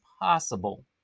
possible